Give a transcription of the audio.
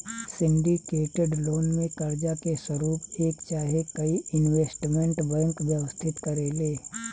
syndicated loan में कर्जा के स्वरूप एक चाहे कई इन्वेस्टमेंट बैंक व्यवस्थित करेले